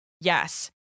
Yes